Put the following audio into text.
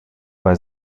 bei